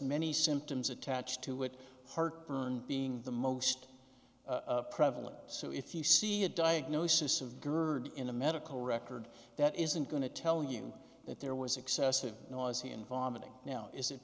many symptoms attached to it heartburn being the most prevalent so if you see a diagnosis of gerd in a medical record that isn't going to tell you that there was excessive noise here and vomiting now is it